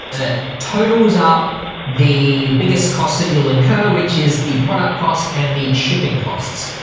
that totals up the biggest costs that you'll incur which is the product costs and the shipping costs.